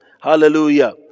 Hallelujah